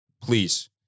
Please